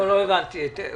לא הבנתי.